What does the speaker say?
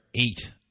eight